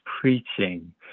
preaching